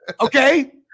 Okay